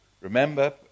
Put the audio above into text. Remember